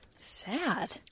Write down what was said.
Sad